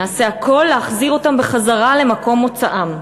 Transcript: נעשה הכול להחזיר אותם בחזרה למקום מוצאם.